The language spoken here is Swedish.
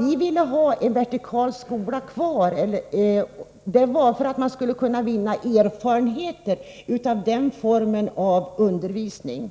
Vi ville ha en skola med vertikal organisation kvar för att kunna vinna erfarenheter av undervisningen i